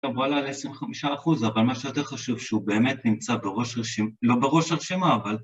טוב, בוא נעלה 25% אבל מה שיותר חשוב שהוא באמת נמצא בראש הרשימה, לא בראש הרשימה אבל